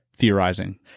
Theorizing